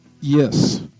Yes